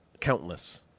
Countless